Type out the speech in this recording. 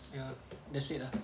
yup that's it ah